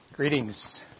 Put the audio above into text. Greetings